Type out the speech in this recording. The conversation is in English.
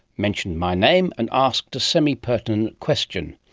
mentioned my name and asked a semi-pertinent question.